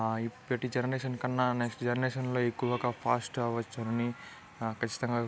ఇప్పటి జనరేషన్ కన్నా నెక్స్ట్ జనరేషన్లో ఎక్కువగా ఫాస్ట్ అవ్వచ్చు అనీ ఖచ్చితంగా